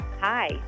Hi